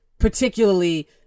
Particularly